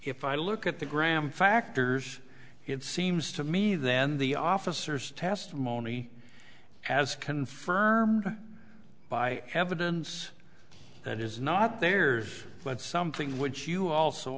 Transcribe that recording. if i look at the graham factors it seems to me then the officers testimony as confirmed by evidence that is not theirs but something which